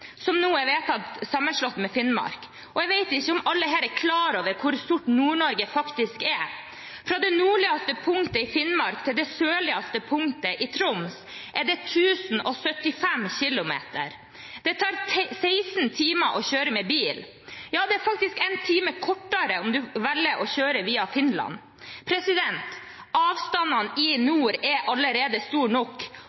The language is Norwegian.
som nå er vedtatt slått sammen med Finnmark. Jeg vet ikke om alle her er klar over hvor stort Nord-Norge faktisk er. Fra det nordligste punktet i Finnmark til det sørligste punktet i Troms er det 1 075 km. Det tar 16 timer å kjøre med bil – ja, det er faktisk en time kortere om en velger å kjøre via Finland. Avstandene i